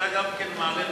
כשאתה גם כן מעלה נושא,